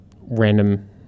random